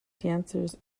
dancers